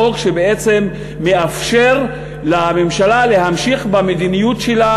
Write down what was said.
החוק שבעצם מאפשר לממשלה להמשיך במדיניות שלה